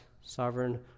sovereign